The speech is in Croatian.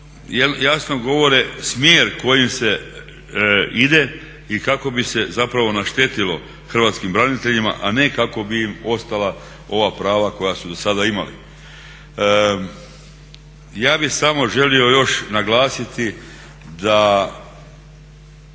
jasno govore smjer kojim se ide i kako bi se zapravo naštetilo Hrvatskim braniteljima a ne kako bi im ostala ova prava koja su dosada imali. Ja bi samo želio još naglasiti da